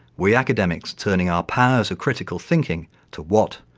we academics turning our powers of critical thinking to what,